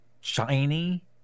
shiny